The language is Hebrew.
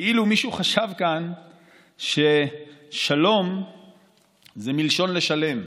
כאילו מישהו חשב כאן ששלום זה מלשון לשלם.